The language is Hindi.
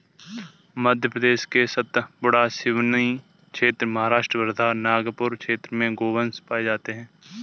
मध्य प्रदेश के सतपुड़ा, सिवनी क्षेत्र, महाराष्ट्र वर्धा, नागपुर क्षेत्र में गोवंश पाये जाते हैं